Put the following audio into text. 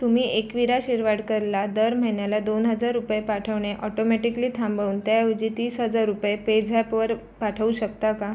तुम्ही एकविरा शिरवाडकरला दर महिन्याला दोन हजार रुपये पाठवणे ऑटोमॅटिकली थांबवून त्याऐवजी तीस हजार रुपये पेझॅपवर पाठवू शकता का